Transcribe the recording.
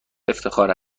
افتخار